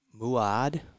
Muad